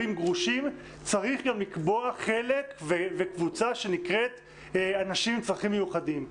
צריך גם לקבוע חלק וקבוצה שנקראת אנשים עם צרכים מיוחדים,